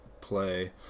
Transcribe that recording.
play